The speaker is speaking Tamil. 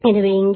எனவே இங்கே